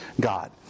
God